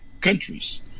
countries